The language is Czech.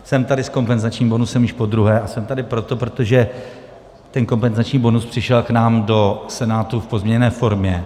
Jsem tady s kompenzačním bonusem již podruhé a jsem tady proto, že ten kompenzační bonus přišel k nám do Senátu v pozměněné formě.